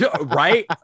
right